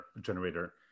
generator